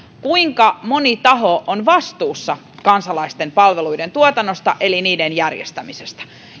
kuinka moni taho on vastuussa kansalaisten palveluiden tuotannosta eli niiden järjestämisestä